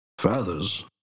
Feathers